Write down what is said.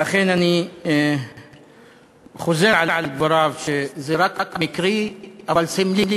ואכן, אני חוזר על דבריו שזה רק מקרי, אבל סמלי,